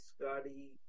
Scotty